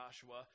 Joshua